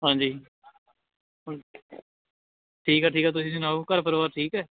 ਹਾਂਜੀ ਠੀਕ ਆ ਠੀਕ ਆ ਤੁਸੀਂ ਸੁਣਾਓ ਘਰ ਪਰਿਵਾਰ ਠੀਕ ਹੈ